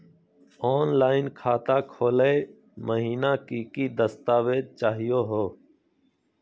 Online खाता खोलै महिना की की दस्तावेज चाहीयो हो?